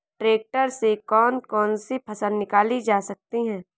Tractor से कौन कौनसी फसल निकाली जा सकती हैं?